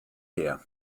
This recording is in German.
her